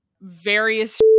various